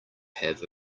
have